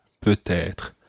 peut-être